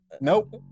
nope